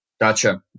Gotcha